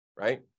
right